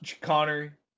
connor